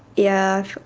yeah,